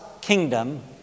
kingdom